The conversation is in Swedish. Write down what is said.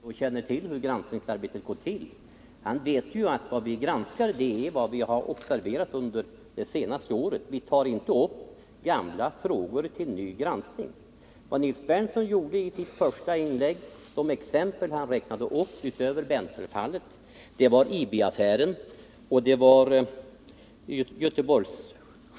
Herr talman! Nils Berndtson känner till hur granskningsarbetet går till. Han vet ju att vad vi har granskat är vad som hänt under det senaste året. Vi tar inte upp gamla frågor till ny granskning. De exempel som Nils Berndtson nämnde i sitt första inlägg utöver Berntlerfallet var IB-affären och sjukhusfallet i Göteborg.